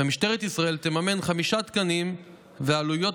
ומשטרת ישראל תממן חמישה תקנים ואת העלויות